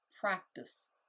Practice